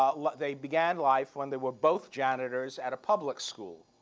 um like they began life when they were both janitors at a public school.